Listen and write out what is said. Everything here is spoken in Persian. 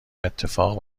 افتاد